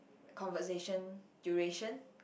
conversation duration